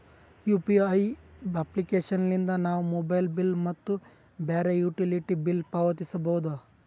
UPI application ಲಿದ್ದ ನಾವು mobile bill ಮತ್ತು ಬ್ಯಾರೆ ಯುಟಿಲಿಟಿ ಬಿಲ್ ಪಾವತಿಸಬೋದು